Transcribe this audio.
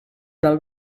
del